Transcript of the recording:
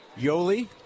Yoli